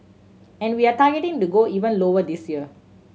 and we are targeting to go even lower this year